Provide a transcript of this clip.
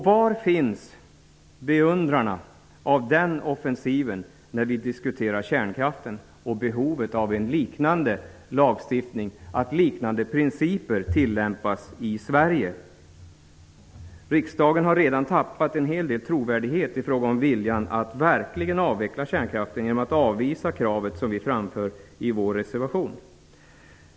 Var finns beundrarna av den offensiven när vi diskuterar kärnkraften och behovet av en liknande lagstiftning, av att liknande principer tillämpas i Sverige? Riksdagen har redan tappat en hel del trovärdighet i fråga om viljan att verkligen avveckla kärnkraften genom att avvisa det krav som vi framför i vår reservation.